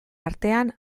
artean